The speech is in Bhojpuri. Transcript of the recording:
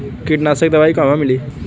कीटनाशक दवाई कहवा मिली?